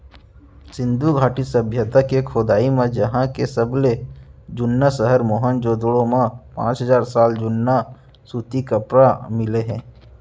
सिंधु घाटी सभ्यता के खोदई म उहां के सबले जुन्ना सहर मोहनजोदड़ो म पांच हजार साल जुन्ना सूती कपरा मिले हे